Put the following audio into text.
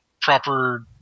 proper